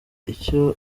icyo